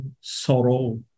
sorrow